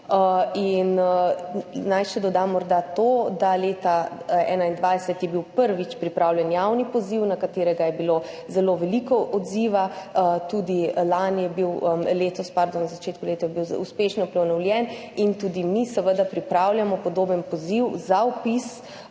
Naj še dodam morda to, da je bil leta 2021 prvič pripravljen javni poziv, na katerega je bilo zelo veliko odziva. Tudi letos v začetku leta je bil uspešno prenovljen. Tudi mi seveda pripravljamo podoben poziv za vpis,